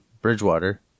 Bridgewater